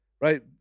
Right